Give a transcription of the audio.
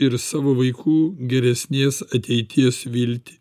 ir savo vaikų geresnės ateities viltį